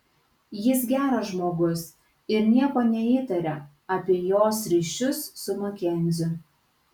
jis geras žmogus ir nieko neįtaria apie jos ryšius su makenziu